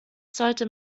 sollte